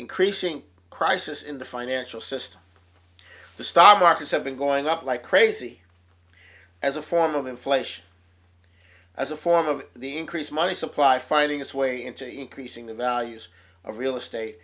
increasing crisis in the financial system the stock markets have been going up like crazy as a form of inflation as a form of the increase money supply finding its way into increasing the values of real estate